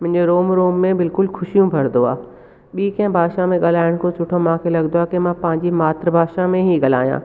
मुंहिंजे रोम रोम में बिल्कुलु ख़ुशियूं भरींदो आहे ॿी कंहिं भाषा में ॻाल्हायण खां सुठो मूंखे लॻंदो आहे की मां पंहिंजी मातृभाषा में ई ॻाल्हायां